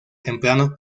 temprano